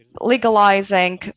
legalizing